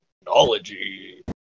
technology